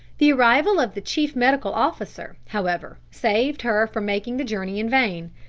the arrival of the chief medical officer, however, saved her from making the journey in vain.